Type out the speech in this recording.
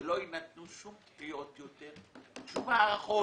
שלא יינתנו שום דחיות יותר, שום הארכות.